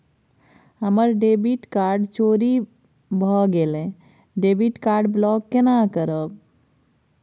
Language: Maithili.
हमर डेबिट कार्ड चोरी भगेलै डेबिट कार्ड ब्लॉक केना करब?